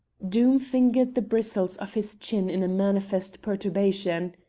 doom fingered the bristles of his chin in a manifest perturbation.